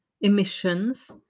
emissions